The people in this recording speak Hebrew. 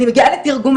אני מגיעה לתרגום,